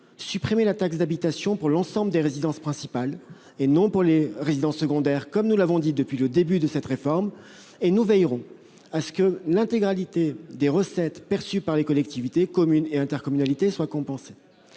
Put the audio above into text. supprimer la taxe d'habitation pour l'ensemble des résidences principales, et non pour les résidences secondaires, comme nous l'avons dit depuis le début. Nous veillerons à ce que l'intégralité des recettes perçues par les collectivités, communes et intercommunalités soit compensée.